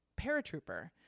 paratrooper